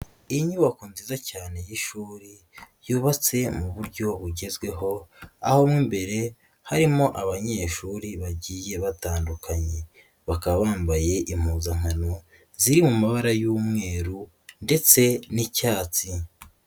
Inyubako nziza cyane y'ishuri, yubatse mu buryo bugezweho aho mo imbere harimo abanyeshuri bagiye batandukanye. Bakaba bambaye impuzankano ziri mu mabara y'umweru ndetse n'icyatsi.